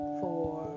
four